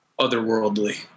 otherworldly